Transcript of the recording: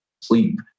sleep